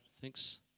Thanks